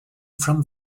from